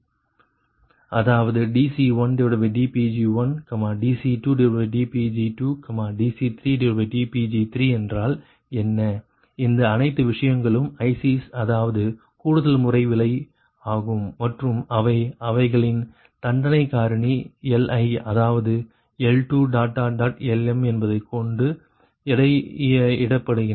அதாவது dC1dPg1dC2dPg2dC3dPg3 என்றால் என்ன இந்த அணைத்து விஷயங்களும் ICs அதாவது கூடுதல்முறை விலை ஆகும் மற்றும் அவை அவைகளின் தண்டனை காரணி Li அதாவது L2Lm என்பதைக்கொண்டு எடையிடப்படுகின்றன